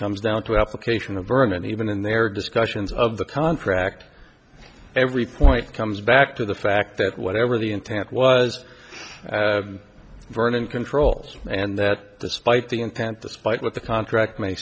comes down to application of vermin even in their discussions of the contract every point comes back to the fact that whatever the intent was vernon control and that despite the intent despite what the contract may